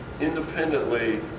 independently